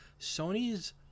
Sony's